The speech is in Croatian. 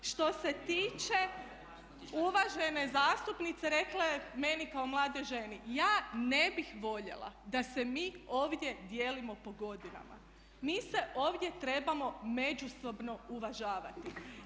Što se tiče uvažene zastupnice, rekla je meni kao mladoj ženi ja ne bih voljela da se mi ovdje dijelimo po godinama, mi se ovdje trebamo međusobno uvažavati.